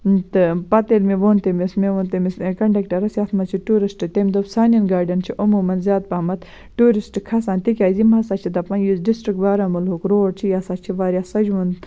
تہٕ پَتہٕ ییٚلہِ مےٚ ووٚن تٔمِس مےٚ ووٚن تٔمِس کَںڈَکٹَرَس یَتھ منٛز چھِ ٹوٗرِسٹہٕ تٔمۍ دوٚپ سانٮ۪ن گاڑٮ۪ن چھِ عموٗمن زیادٕ پَہمَتھ ٹوٗرِسٹہٕ کھَسان تِکیٛازِ یِم ہَسا چھِ دَپان یُس ڈِسٹِرٛک بارہمولہُک روڈ چھِ یہِ ہَسا چھِ واریاہ سَجھوُن